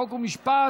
חוק ומשפט